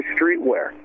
Streetwear